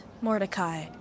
Mordecai